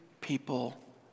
people